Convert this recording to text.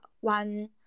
one